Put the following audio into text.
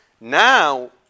now